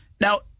Now-